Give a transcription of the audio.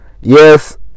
yes